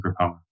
superpower